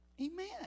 Amen